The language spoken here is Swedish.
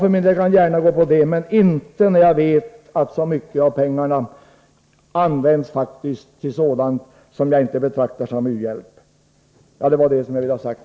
För min del kunde jag gärna stödja det, men inte när jag vet att så mycket av pengarna faktiskt används till sådant som jag inte betraktar som u-hjälp. Detta var vad jag ville ha sagt.